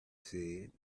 said